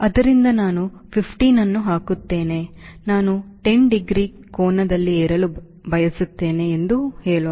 ಆದ್ದರಿಂದ ನಾನು 15 ಅನ್ನು ಹಾಕುತ್ತೇನೆ ನಾನು 10 ಡಿಗ್ರಿ ಕೋನದಲ್ಲಿ ಏರಲು ಬಯಸುತ್ತೇನೆ ಎಂದು ಹೇಳೋಣ